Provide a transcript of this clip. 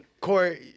Corey